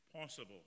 possible